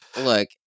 look